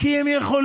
כי הם יכולים.